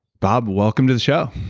bob, welcome to the show.